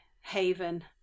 haven